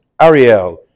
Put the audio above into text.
Ariel